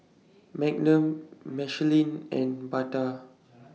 Magnum Michelin and Bata